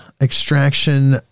extraction